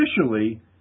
officially